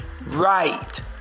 right